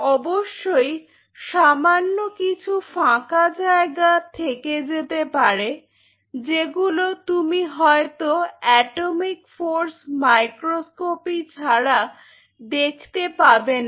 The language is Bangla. অবশ্যই সামান্য কিছু ফাঁকা জায়গা থেকে যেতে পারে যেগুলো তুমি হয়তো এটমিক ফোর্স মাইক্রোস্কপি ছাড়া দেখতে পাবে না